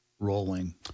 rolling